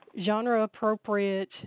genre-appropriate